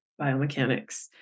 biomechanics